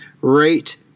rate